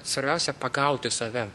svarbiausia pagauti save